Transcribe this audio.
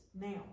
now